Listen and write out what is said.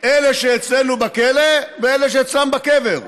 אלה שאצלנו בכלא ואלה שאצלם בקבר.